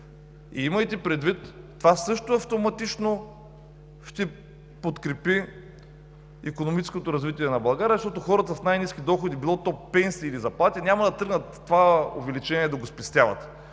Имайте предвид, че това също автоматично ще подкрепи икономическото развитие на България, защото хората с най-ниски доходи, било то пенсии или заплати, няма да тръгнат това увеличение да го спестяват.